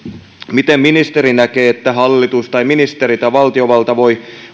miten ministeri näkee että hallitus tai ministeri tai valtiovalta voi